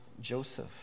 Joseph